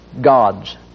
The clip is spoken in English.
God's